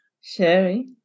Sherry